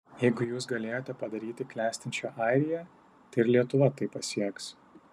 jeigu jūs galėjote padaryti klestinčią airiją tai ir lietuva tai pasieks